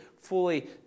fully